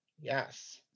yes